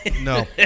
No